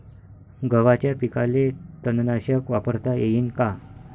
गव्हाच्या पिकाले तननाशक वापरता येईन का?